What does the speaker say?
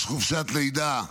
יש חופשת לידה,